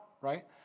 right